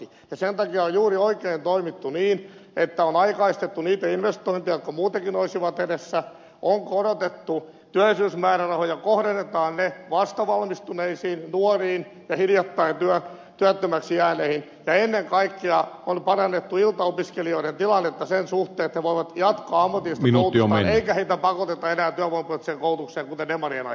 sen takia on juuri oikein toimittu niin että on aikaistettu niitä investointeja jotka muutenkin olisivat edessä on korotettu työllisyysmäärärahoja kohdennetaan ne vastavalmistuneisiin nuoriin ja hiljattain työttömäksi jääneisiin ja ennen kaikkea on parannettu iltaopiskelijoiden tilannetta sen suhteen että he voivat jatkaa ammatillista koulutusta eikä heitä pakoteta enää työvoimapoliittiseen koulutukseen kuten demarien aikana